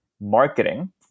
marketing